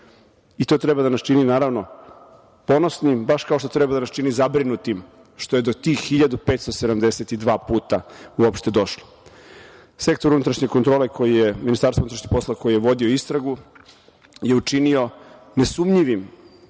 To treba da nas čini ponosnim, baš kao što treba da nas čini zabrinutim što je do tih 1.572 puta uopšte došlo. Sektor unutrašnje kontrole MUP-a, koji je vodio istragu, je učinio nesumnjivim